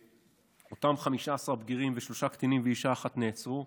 אותם 15 בגירים ושלושה קטינים ואישה אחת שנעצרו,